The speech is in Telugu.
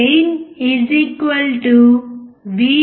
గెయిన్VoutVin121